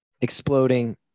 exploding